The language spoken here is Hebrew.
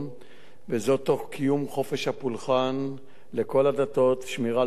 וזאת תוך קיום חופש הפולחן לכל הדתות ושמירה על הסטטוס-קוו.